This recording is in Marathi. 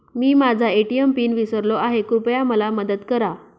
मी माझा ए.टी.एम पिन विसरलो आहे, कृपया मला मदत करा